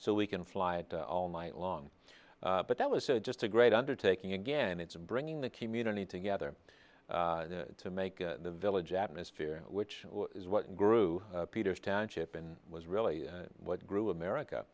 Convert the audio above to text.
so we can fly all night long but that was just a great undertaking again it's bringing the community together to make the village atmosphere which is what it grew peter's township in was really what grew america